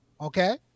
okay